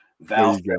Val